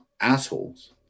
assholes